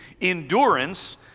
endurance